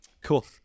Cool